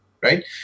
right